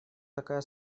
такая